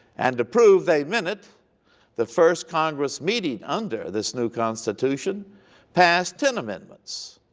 and to prove they meant it the first congress meeting under this new constitution passed ten amendments